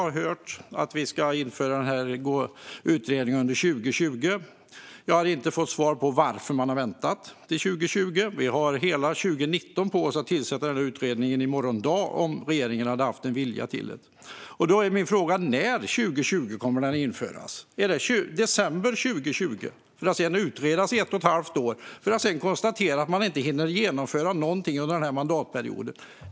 Ja, jag hörde att utredningen ska tillsättas under 2020, men jag har inte fått svar på varför man väntar till 2020. Vi har hela 2019 på oss att tillsätta utredningen och skulle kunna göra det redan i morgon dag om regeringen hade viljan. Min fråga är: När år 2020 kommer den att tillsättas? Ska den tillsättas i december 2020, för att sedan utredas i ett och halvt år, varpå man konstaterar att man inte hinner genomföra någonting under denna mandatperiod?